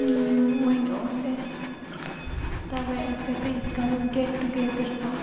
وۄنۍ اوس اسہِ تَوٕے اسہِ دَپے أسۍ کَرو گیٚٹ ٹُو گیدَر اَکھ